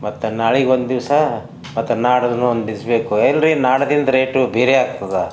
ಮತ್ತು ನಾಳೆಗೆ ಒಂದಿವಸ ಮತ್ತು ನಾಡಿದ್ದೂನು ಒಂದಿವಸ ಬೇಕು ಏನ್ರಿ ನಾಡದಿನ್ ರೇಟು ಬೇರೆ ಆಗ್ತದಾ